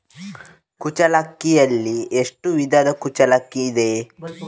ಕುಚ್ಚಲಕ್ಕಿಯಲ್ಲಿ ಎಷ್ಟು ವಿಧದ ಕುಚ್ಚಲಕ್ಕಿ ಇದೆ?